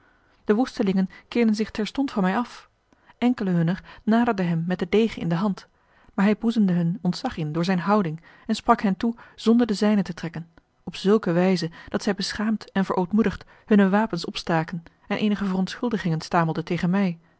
de woestelingen keerden zich terstond van mij af enkelen hunner naderden hem met den degen in de hand maar hij boezemde hun ontzag in door zijne houding en sprak hen toe zonder den zijnen te trekken op zulke wijze dat zij beschaamd en verootmoedigd hunne wapens opstaken en eenige verontschuldigingen stamelden tegen mij